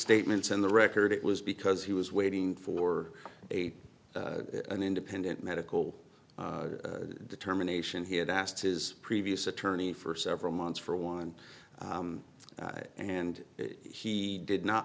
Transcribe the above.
statements in the record it was because he was waiting for a an independent medical determination he had asked his previous attorney for several months for one and he did not